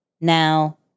Now